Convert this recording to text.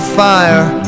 fire